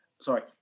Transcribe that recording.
Sorry